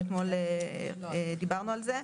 אתמול דיברנו על זה.